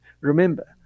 Remember